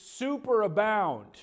superabound